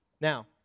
Now